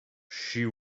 she